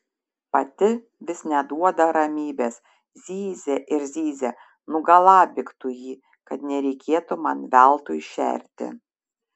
pati vis neduoda ramybės zyzia ir zyzia nugalabyk tu jį kad nereikėtų man veltui šerti